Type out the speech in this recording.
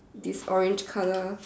this orange colour